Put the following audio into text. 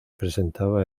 presentaba